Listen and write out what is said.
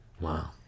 wow